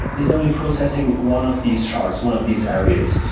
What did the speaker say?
it's only processing one of these shards, one of these areas.